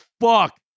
fuck